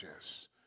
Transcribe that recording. yes